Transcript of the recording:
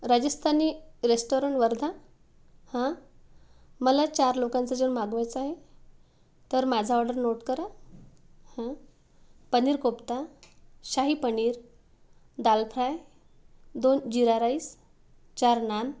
Rajasthani restaurant Wardha हा मला चार लोकांचं जेवण मागवायचं आहे तर माझा ऑर्डर नोट करा हं पनीर कोप्ता शाही पनीर दाल फ्राय दोन जीरा राईस चार नान